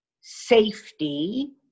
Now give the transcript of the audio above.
safety